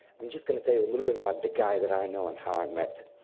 i'm just gonna tell you a little bit about the guy that i know and how i met.